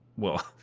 well,